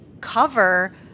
cover